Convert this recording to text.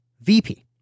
VP